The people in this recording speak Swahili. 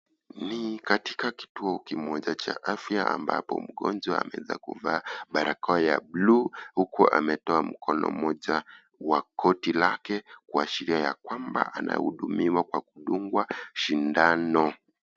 Ni katika kituo kimoja cha afya ambapo mgonjwa ameweza kuvaa barakoa ya bulu huku ametoa mkono mmoja wa koti lake kuashiria ya kwamba anahudumiwa kwa kudungwa shindano.